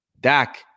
Dak